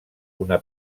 una